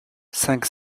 cinq